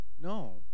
No